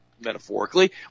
metaphorically